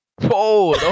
Whoa